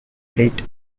fleet